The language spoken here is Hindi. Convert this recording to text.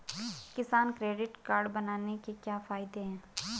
किसान क्रेडिट कार्ड बनाने के क्या क्या फायदे हैं?